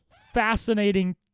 fascinating